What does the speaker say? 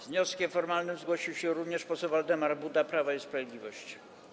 Z wnioskiem formalnym zgłosił się również poseł Waldemar Buda, Prawo i Sprawiedliwość.